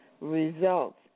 results